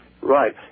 Right